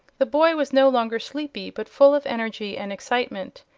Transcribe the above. the boy was no longer sleepy, but full of energy and excitement.